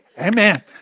Amen